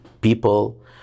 people